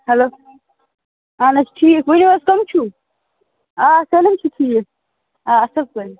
hello اَہَن حظ ٹھیٖک ؤنِو حظ کٕم چھِو آ سٲلم چھِ ٹھیٖک آ اَصٕل پٲٹھۍ